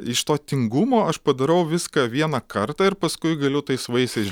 iš to tingumo aš padarau viską vieną kartą ir paskui galiu tais vaisiais